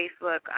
Facebook